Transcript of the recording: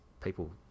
people